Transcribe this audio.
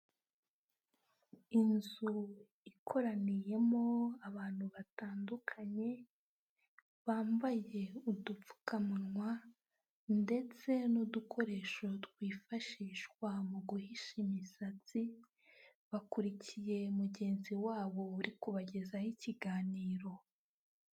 Inzu ikoraniyemo abantu batandukanye, bambaye udupfukamunwa, ndetse n'udukoresho twifashishwa mu guhisha imisatsi, bakurikiye mugenzi wabo uri kubagezaho ikiganiro.